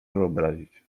wyobrazić